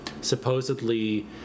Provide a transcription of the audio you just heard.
supposedly